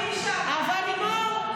אבל לימור,